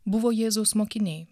buvo jėzaus mokiniai